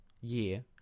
year